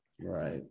Right